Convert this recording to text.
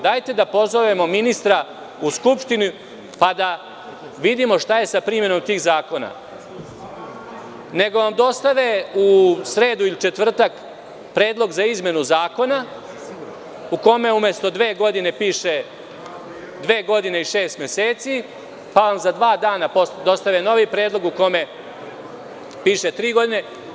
Dajte da pozovemo ministra u Skupštinu pa da vidimo šta je sa primenom tih zakona, nego vam dostave u sredu ili četvrtak predlog za izmenu zakona u kome umesto dve godine piše – dve godine i šest meseci, pa vam za dva dana posle dostave novi predlog u kome piše tri godine.